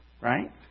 right